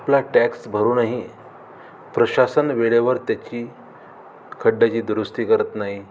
आपला टॅक्स भरूनही प्रशासन वेळेवर त्याची खड्ड्याची दुरुस्ती करत नाही